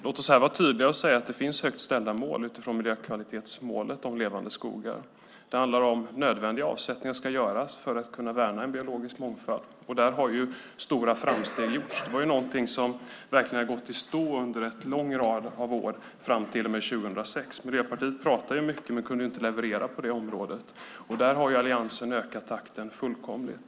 Låt oss här vara tydliga och säga att det finns högt ställda mål utifrån miljökvalitetsmålet om levande skogar. Det handlar om att nödvändiga avsättningar ska göras för att kunna värna en biologisk mångfald, och där har stora framsteg gjorts. Det är någonting som verkligen har gått i stå under en lång rad av år fram till 2006. Miljöpartiet pratade mycket men kunde ju inte leverera på det området. Där har Alliansen ökat takten fullkomligt.